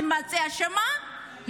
תימצא אשמה במשפט הוכחה,